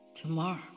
tomorrow